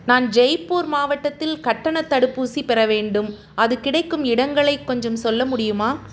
நான் ஜெய்ப்பூர் மாவட்டத்தில் கட்டணத் தடுப்பூசி பெற வேண்டும் அது கிடைக்கும் இடங்களை கொஞ்சம் சொல்ல முடியுமா